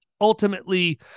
ultimately